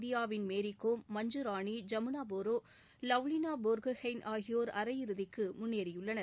இந்தியாவின் மேரி கோம் மஞ்சுராணி ஜமுனா போரோ லவ்லினா போர்கோகெய்ன் ஆகியோர் அரை இறுதிக்கு முன்னேறியுள்ளார்